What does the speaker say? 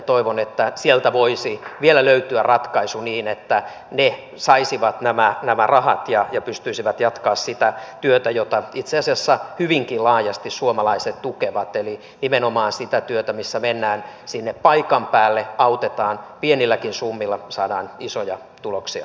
toivon että sieltä voisi vielä löytyä ratkaisu niin että ne saisivat nämä rahat ja pystyisivät jatkamaan sitä työtä jota itse asiassa hyvinkin laajasti suomalaiset tukevat eli nimenomaan sitä työtä missä mennään sinne paikan päälle autetaan ja pienilläkin summilla saadaan isoja tuloksia aikaan